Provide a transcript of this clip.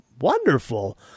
wonderful